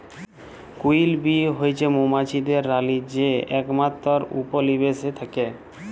queen bee হছে মোমাছিদের রালী যে একমাত্তর উপলিবেশে থ্যাকে